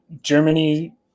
Germany